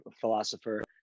philosopher